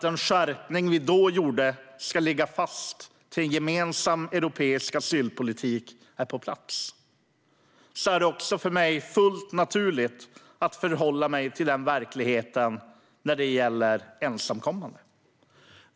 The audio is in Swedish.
Den skärpning vi då gjorde ska ligga fast tills en gemensam europeisk asylpolitik är på plats. På samma sätt är det fullt naturligt för mig att förhålla mig till verkligheten när det gäller ensamkommande.